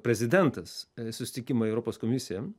prezidentas į susitikimą į europos komisiją